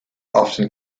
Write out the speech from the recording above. often